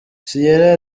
sierra